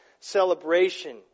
celebration